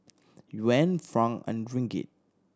Yuan franc and Ringgit